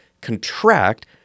contract